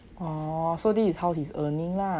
so this is how he's earnings lah